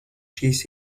šīs